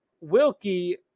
Wilkie